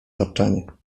tapczanie